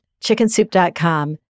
chickensoup.com